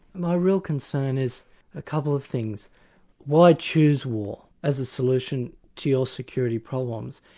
my real concern is a couple of things why choose war as a solution to your security problems,